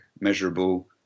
measurable